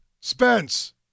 Spence